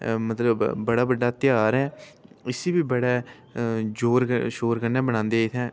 मतलब बड़ा बड्डा ध्यार ऐ उसी बी बड़े जोर शोर कन्नै मनादे इत्थै